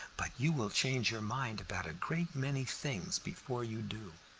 but you will change your mind about a great many things before you do.